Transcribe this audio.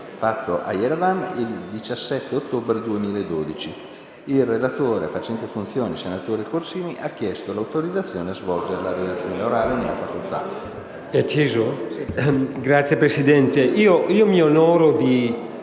Ilrelatore facente funzioni, senatore Corsini, ha chiesto l'autorizzazione a svolgere la relazione orale. Non facendosi